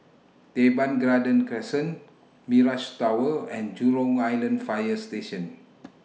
Teban Garden Crescent Mirage Tower and Jurong Island Fire Station